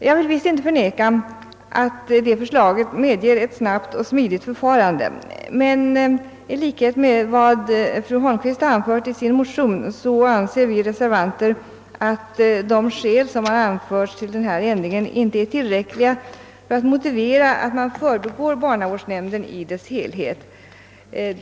Jag vill visst inte förneka att detta förslag medger ett snabbt och smidigt förfarande, men i likhet med vad fru Holmqvist anfört i sin motion anser vi reservanter att de skäl som anförts för denna ändring inte är tillräckliga för att motivera att barnavårdsnämnden i dess helhet skall förbigås.